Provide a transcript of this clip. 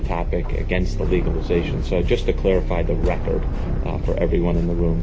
the topic against legalization so just to clarify the record for everyone in the room